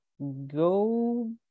go